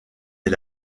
est